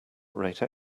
rate